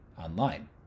online